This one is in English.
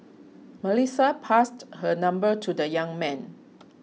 Melissa passed her number to the young man